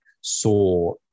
saw